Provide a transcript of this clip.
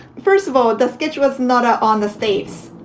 first of all, the sketch was not out on the states.